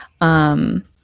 Um-